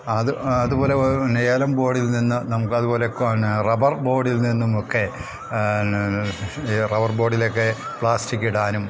അത് അതുപോലെ നേലം ബോഡിൽ നിന്ന് നമുക്ക് അതുപോലെ പിന്നെ റബ്ബർ ബോഡിൽ നിന്നും ഒക്കെ റബ്ബർ ബോഡിലൊക്കെ പ്ലാസ്റ്റിക്കിടാനും